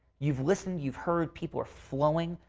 you've listened you've heard people are flowing,